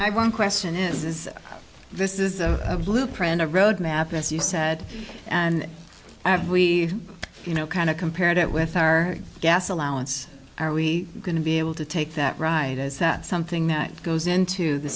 i one question is is this is a blueprint a road map as you said and we you know kind of compare it with our gas allowance are we going to be able to take that right is that something that goes into the